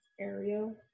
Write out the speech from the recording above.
area